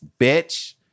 bitch